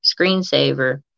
screensaver